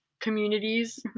communities